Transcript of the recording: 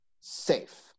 safe